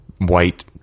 white